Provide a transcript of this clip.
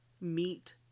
meet